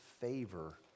favor